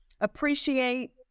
appreciate